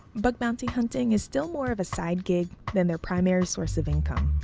bug bounty hunting is still more of a side gig than their primary source of income.